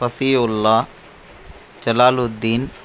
Fasiullah Jalaluddin